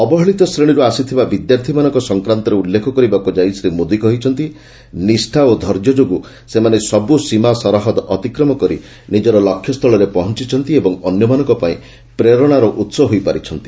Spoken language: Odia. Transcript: ଅବହେଳିତ ଶ୍ରେଣୀରୁ ଆସିଥିବା ବିଦ୍ୟାର୍ଥୀମାନଙ୍କ ସଂକ୍ରାନ୍ତରେ ଉଲ୍ଲେଖ କରିବାକୁ ଯାଇ ଶ୍ରୀ ମୋଦି କହିଛନ୍ତି ନିଷ୍ଠା ଓ ଧୈର୍ଯ୍ୟ ଯୋଗୁଁ ସେମାନେ ସବୁ ସୀମା ସରହଦ ଅତିକ୍ରମ କରି ନିଜର ଲକ୍ଷ୍ୟସ୍ଥଳରେ ପହଂଚିଛନ୍ତି ଏବଂ ଅନ୍ୟମାନଙ୍କ ପାଇଁ ପ୍ରେରଣାର ଉହ ହୋଇପାରିଛନ୍ତି